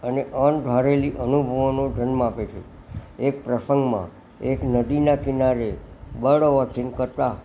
અને અણધારેલાં અનુભવોને જન્મ આપે છે એક પ્રસંગમાં એક નદીના કિનારે બર્ડ વોચિંગ કરતાં